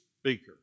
speaker